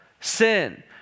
sin